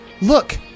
Look